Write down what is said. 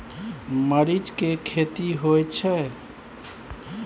मरीच के खेती होय छय?